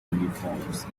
uniforms